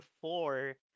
four